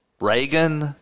Reagan